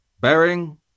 Bearing